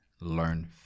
Learn